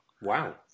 Wow